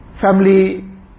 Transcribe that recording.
family